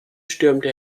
stürmte